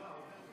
שלמה קרעי (הליכוד):